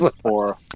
four